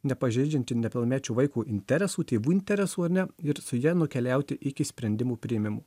nepažeidžiant nepilnamečio vaikų interesų tėvų interesų ar ne ir su ja nukeliauti iki sprendimų priėmimo